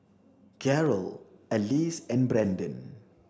Gerold Alyse and Brendan